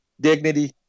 dignity